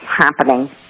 happening